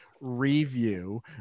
review